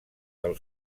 del